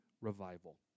revival